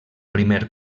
primer